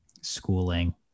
schooling